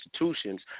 institutions